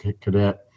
cadet